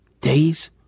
Days